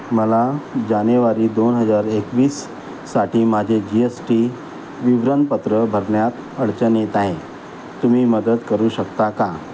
मला जानेवारी दोन हजार एकवीससाठी माझे जी एस टी विवरणपत्र भरण्यात अडचण येत आहे तुम्ही मदत करू शकता का